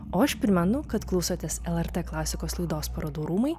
o aš primenu kad klausotės lrt klasikos laidos parodų rūmai